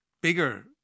bigger